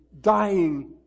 dying